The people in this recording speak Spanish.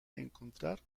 encontrar